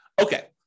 okay